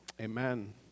Amen